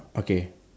okay